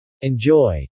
Enjoy